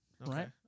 right